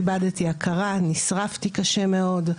איבדתי הכרה, נשרפתי קשה מאוד.